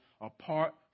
apart